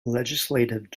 legislative